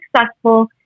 successful